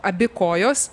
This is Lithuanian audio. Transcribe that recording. abi kojos